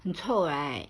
很臭 right